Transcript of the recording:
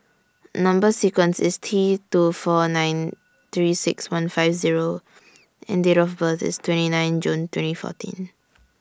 Number sequence IS T two four nine three six one five Zero and Date of birth IS twenty nine June twenty fourteen